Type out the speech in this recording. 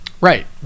Right